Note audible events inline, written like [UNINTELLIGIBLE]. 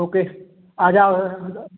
okay आ जाओ [UNINTELLIGIBLE]